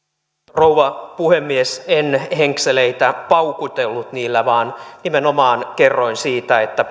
rouva puhemies en henkseleitä paukutellut niillä vaan nimenomaan kerroin siitä että